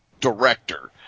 director